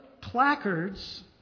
placards